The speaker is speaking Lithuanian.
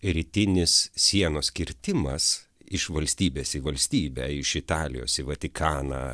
rytinis sienos kirtimas iš valstybės į valstybę iš italijos į vatikaną